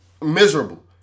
miserable